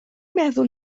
meddwl